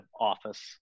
office